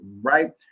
right